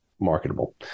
marketable